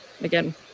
again